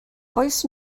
oes